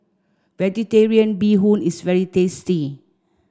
vegetarian bee hoon is very tasty